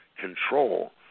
control